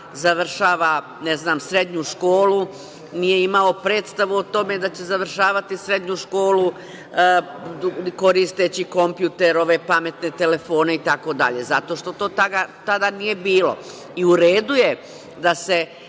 završava srednju školu, nije imao predstavu o tome da će završavati srednju školu koristeći kompjuter, ove pametne telefone itd. Zato što to tada nije bilo i u redu je da mi